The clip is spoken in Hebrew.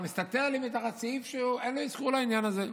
אתה מסתתר לי תחת סעיף שאין לו אזכור לעניין הזה.